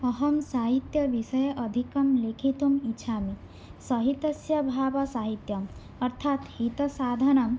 अहं साहित्यविषये अधिकं लेखितुम् इच्छामि सहितस्य भावः साहित्यम् अर्थात् हितसाधनम्